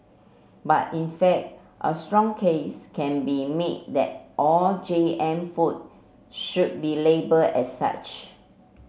but in fact a strong case can be made that all G M food should be label as such